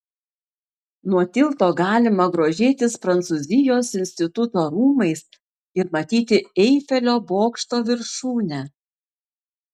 nuo tilto galima grožėtis prancūzijos instituto rūmais ir matyti eifelio bokšto viršūnę